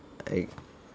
I